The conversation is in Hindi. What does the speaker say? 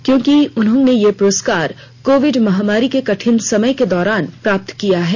क्योंकि उन्होंने ये पुरस्कार कोविड महामारी के कठिन समय के दौरान प्राप्त किये हैं